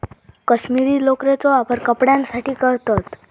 कश्मीरी लोकरेचो वापर कपड्यांसाठी करतत